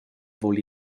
voul